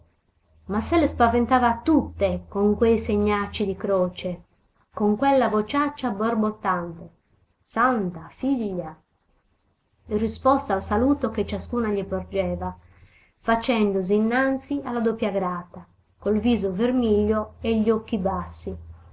ma se le spaventava tutte con quei segnacci di croce con quella vociaccia borbottante santa figlia in risposta al saluto che ciascuna gli porgeva facendosi innanzi alla doppia grata col viso vermiglio e gli occhi bassi